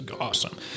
awesome